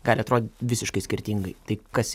gali atrodyt visiškai skirtingai tai kas